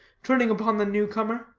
turning upon the new comer.